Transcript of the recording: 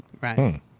right